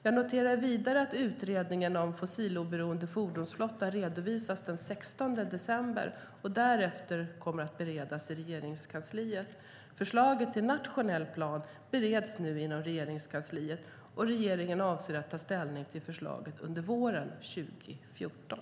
Jag noterar vidare att utredningen om fossiloberoende fordonsflotta redovisas den 16 december och därefter kommer att beredas i Regeringskansliet. Förslaget till nationell plan bereds nu inom Regeringskansliet, och regeringen avser att ta ställning till förslaget under våren 2014.